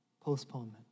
postponement